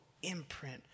imprint